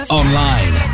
online